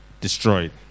destroyed